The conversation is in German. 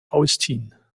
austin